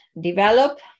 develop